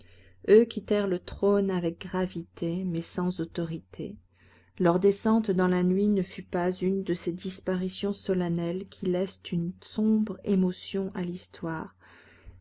eux quittèrent le trône avec gravité mais sans autorité leur descente dans la nuit ne fut pas une de ces disparitions solennelles qui laissent une sombre émotion à l'histoire